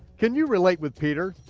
can you relate with peter?